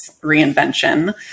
reinvention